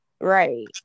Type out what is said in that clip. Right